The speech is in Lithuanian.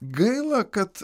gaila kad